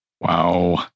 Wow